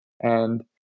And-